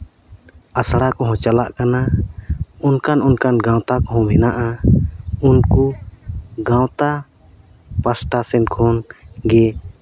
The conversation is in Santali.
ᱟᱥᱲᱟ ᱠᱚᱦᱚᱸ ᱪᱟᱞᱟᱜ ᱠᱟᱱᱟ ᱚᱱᱠᱟᱱ ᱚᱱᱠᱟᱱ ᱜᱟᱶᱛᱟ ᱠᱚᱦᱚᱸ ᱢᱮᱱᱟᱜᱼᱟ ᱩᱱᱠᱩ ᱜᱟᱶᱛᱟ ᱯᱟᱥᱴᱟ ᱥᱮᱫ ᱠᱷᱚᱱ ᱜᱮ